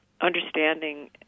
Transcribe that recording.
understanding